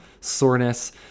soreness